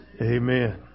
Amen